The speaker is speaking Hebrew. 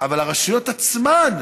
אבל הרשויות עצמן,